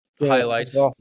highlights